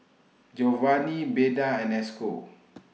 Jovany Beda and Esco